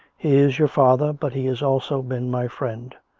is your father, but he has also been my friend.